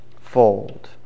fold